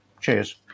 Cheers